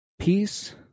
peace